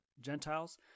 Gentiles